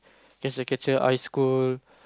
catcher catcher ice cold